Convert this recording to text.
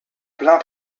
pleins